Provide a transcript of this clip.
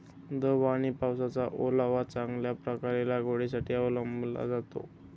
दव व पावसाचा ओलावा चांगल्या प्रकारे लागवडीसाठी अवलंबला जातो